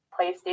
PlayStation